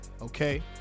Okay